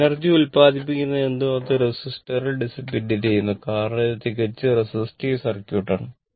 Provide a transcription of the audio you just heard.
energy ഉൽപാദിപ്പിക്കുന്നതെന്തും അത് റെസിസ്റ്ററിൽ ഡിസിപ്പേറ്റ ചെയ്യുന്നു കാരണം ഇത് തികച്ചും റെസിസ്റ്റീവ് സർക്യൂട്ട് ആണ്